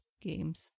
games